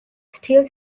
still